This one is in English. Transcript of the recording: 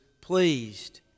pleased